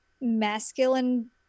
Masculine